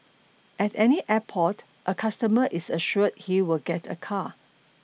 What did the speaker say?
at any airport a customer is assured he will get a car